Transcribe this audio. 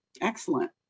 Excellent